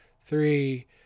three